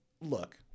look